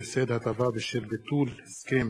למציע על היוזמה שלו בהצעת החוק.